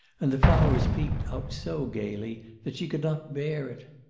and the flowers peeped out so gaily that she could not bear it.